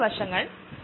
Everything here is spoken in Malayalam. ഷുലറും കാർഗിയും ആണ്